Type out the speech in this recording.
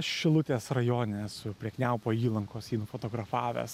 šilutės rajone esu prie kniaupo įlankos jį nufotografavęs